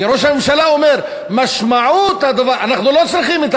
כי ראש הממשלה אומר: אנחנו לא צריכים את